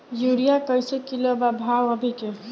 Urea कइसे kilo बा भाव अभी के?